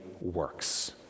works